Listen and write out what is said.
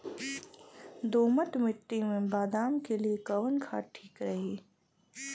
दोमट मिट्टी मे बादाम के लिए कवन खाद ठीक रही?